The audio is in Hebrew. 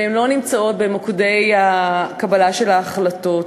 ולא נמצאות במוקדי קבלת ההחלטות,